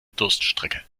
durststrecke